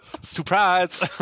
Surprise